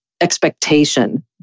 expectation